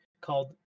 called